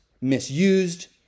misused